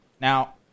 Now